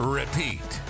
repeat